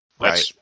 Right